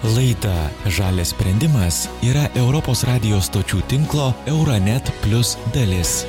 laidą žalias sprendimas yra europos radijo stočių tinklo euranet plius dalis